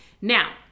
Now